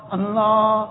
Allah